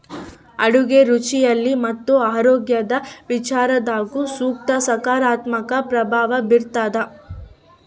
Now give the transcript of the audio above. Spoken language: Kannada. ಅಡುಗೆ ರುಚಿಯಲ್ಲಿ ಮತ್ತು ಆರೋಗ್ಯದ ವಿಚಾರದಾಗು ಸುತ ಸಕಾರಾತ್ಮಕ ಪ್ರಭಾವ ಬೀರ್ತಾದ